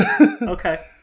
okay